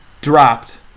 dropped